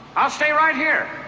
i'll stay right here.